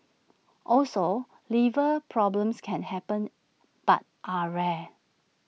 also liver problems can happen but are rare